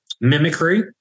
mimicry